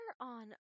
on